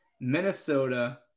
Minnesota –